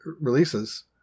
releases